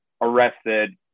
Arrested